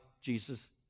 Jesus